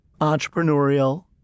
entrepreneurial